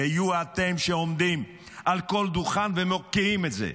היו אתם שעומדים על כל דוכן ומוקיעים את זה.